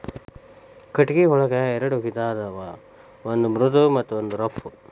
ಕಟಗಿ ಒಂಗ ಎರೆಡ ವಿಧಾ ಅದಾವ ಒಂದ ಮೃದು ಮತ್ತ ರಫ್